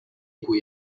cui